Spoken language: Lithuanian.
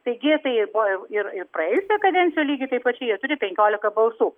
taigi taip buvo ir ir praėjusioje kadencijoje lygiai taip pačiai jie turi penkiolika balsų